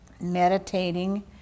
meditating